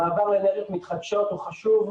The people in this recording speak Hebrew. המעבר לאנרגיות מתחדשות הוא חשוב,